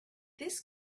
this